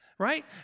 Right